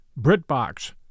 BritBox